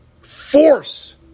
force